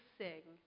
sing